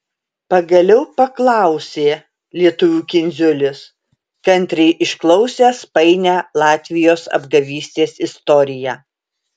pagaliau paklausė lietuvių kindziulis kantriai išklausęs painią latvijos apgavystės istoriją